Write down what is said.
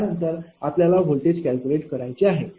यानंतर आपल्याला voltage calculate करायचे आहे